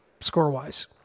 score-wise